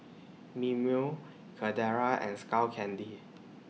Mimeo Carrera and Skull Candy